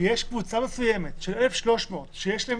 ויש קבוצה מסוימת של 1,300, שיש להם